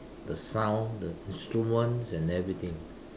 the sound the instruments and everything